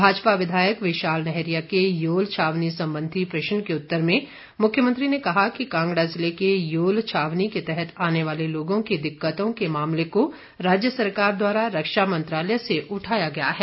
भाजपा विधायक विशाल नैहरिया के योल छावनी संबंधी प्रश्न के उत्तर में मुख्यमंत्री ने कहा कि कांगड़ा जिले के योल छावनी के तहत आने वाले लोगों की दिक्कतों के मामले को राज्य सरकार द्वारा रक्षा मंत्रालय से उठाया गया है